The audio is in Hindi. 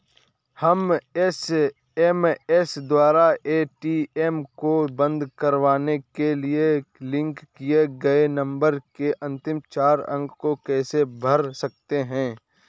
हम एस.एम.एस द्वारा ए.टी.एम को बंद करवाने के लिए लिंक किए गए नंबर के अंतिम चार अंक को कैसे भर सकते हैं?